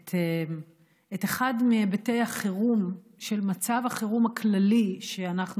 את אחד מהיבטי החירום של מצב החירום הכללי שאנחנו